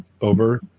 over